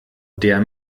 der